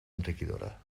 enriquidora